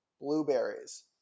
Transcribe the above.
Blueberries